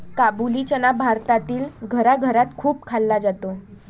काबुली चना भारतातील घराघरात खूप खाल्ला जातो